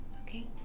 okay